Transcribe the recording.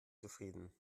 zufrieden